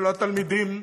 ולא התלמידים,